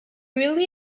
really